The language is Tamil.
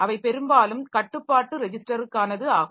அவை பெரும்பாலும் கட்டுப்பாட்டு ரெஜிஸ்டருக்கானது ஆகும்